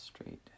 straight